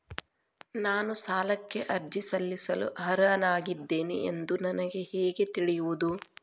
ನಾನು ಸಾಲಕ್ಕೆ ಅರ್ಜಿ ಸಲ್ಲಿಸಲು ಅರ್ಹನಾಗಿದ್ದೇನೆ ಎಂದು ನನಗೆ ಹೇಗೆ ತಿಳಿಯುವುದು?